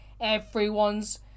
everyone's